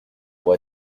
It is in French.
pour